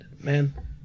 man